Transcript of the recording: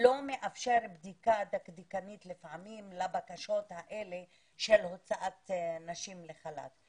לא מאפשר בדיקה דקדקנית לפעמים לבקשות האלה של הוצאת נשים לחל"ת.